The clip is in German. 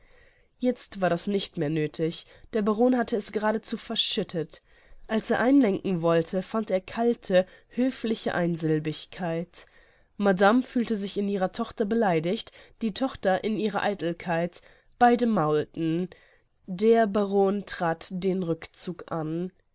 jetzt war das nicht mehr nöthig der baron hatte es geradezu verschüttet als er einlenken wollte fand er kalte höfliche einsilbigkeit madame fühlte sich in ihrer tochter beleidiget die tochter in ihrer eitelkeit beide maulten der baron trat den rückzug an